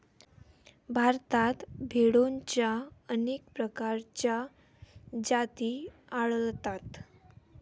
भारतात भेडोंच्या अनेक प्रकारच्या जाती आढळतात